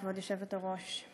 כבוד היושבת-ראש,